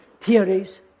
theories